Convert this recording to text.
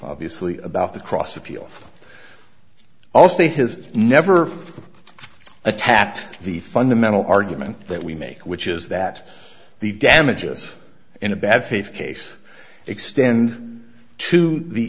obviously about the cross appeal also it has never attacked the fundamental argument that we make which is that the damages in a bad faith case extend to the